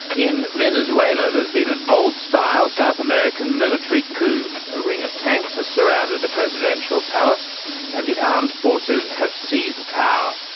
in venezuela, there's been an old-style south american military coup. a ring of tanks has surrounded the presidential palace and the armed forces have seized power.